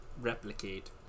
replicate